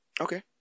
okay